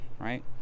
right